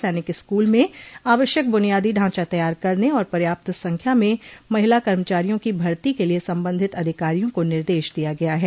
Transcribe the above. सैनिक स्कूल में आवश्यक बुनियादी ढांचा तैयार करने और पर्याप्त संख्या में महिला कर्मचारियों की भर्ती के लिए संबंधित अधिकारियां को निर्देश दिया गया है